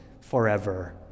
forever